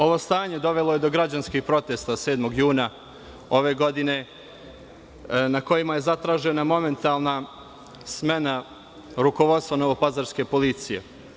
Ovo stanje dovelo je do građanskih protesta 7. juna ove godine, na kojima je zatražena momentalna smena rukovodstva novopazarske policije.